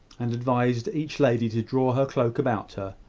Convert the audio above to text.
and advised each lady to draw her cloak about her,